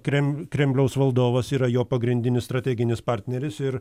krem kremliaus valdovas yra jo pagrindinis strateginis partneris ir